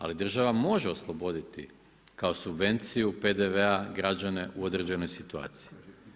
Ali država može osloboditi kao subvenciju PDV-a građane u određenoj situaciji.